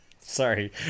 Sorry